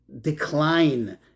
decline